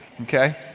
okay